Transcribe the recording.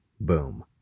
boom